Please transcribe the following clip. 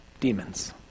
Demons